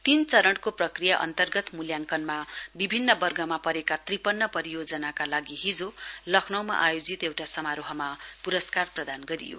तीन चरणको प्रक्रिया अन्तर्गत मूल्याङ्कनमा विभिन्न वर्गका परेका त्रिपन्न परियोजनाका लागि हिजो लखनऊमा आयोजित एउटा समारोहमा पुस्कार प्रदान गरियो